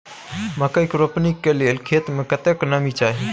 मकई के रोपनी के लेल खेत मे कतेक नमी चाही?